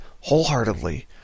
wholeheartedly